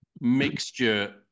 mixture